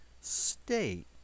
state